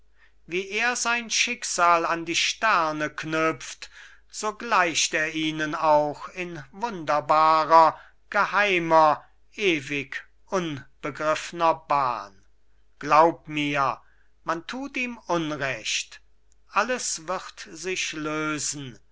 wie er sein schicksal an die sterne knüpft so gleicht er ihnen auch in wunderbarer geheimer ewig unbegriffner bahn glaub mir man tut ihm unrecht alles wird sich lösen